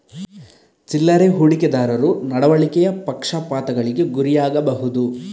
ಚಿಲ್ಲರೆ ಹೂಡಿಕೆದಾರರು ನಡವಳಿಕೆಯ ಪಕ್ಷಪಾತಗಳಿಗೆ ಗುರಿಯಾಗಬಹುದು